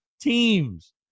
teams